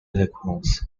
eloquence